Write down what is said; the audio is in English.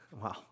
wow